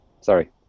Sorry